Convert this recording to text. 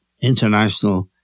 international